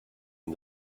and